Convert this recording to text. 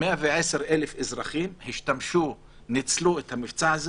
-- ו-110,000 אזרחים השתמשו וניצלו את המבצע הזה